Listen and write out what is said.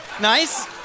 Nice